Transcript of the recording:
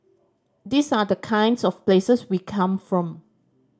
these are the kinds of places we come from